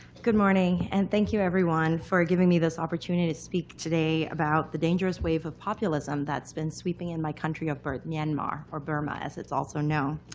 good morning and thank you, everyone, for giving me this opportunity to speak today about the dangerous wave of populism that's been sweeping in my country of birth, myanmar, or burma as it's also known.